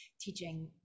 teaching